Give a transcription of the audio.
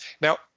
now